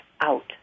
out